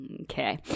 Okay